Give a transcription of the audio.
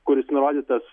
kuris nurodytas